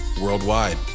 worldwide